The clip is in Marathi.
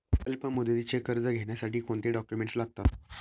अल्पमुदतीचे कर्ज घेण्यासाठी कोणते डॉक्युमेंट्स लागतात?